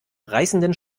reißenden